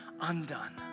undone